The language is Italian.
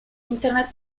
internet